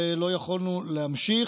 ולא יכולנו להמשיך.